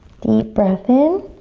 deep breath in.